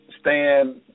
stand